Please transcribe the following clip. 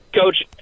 Coach